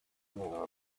know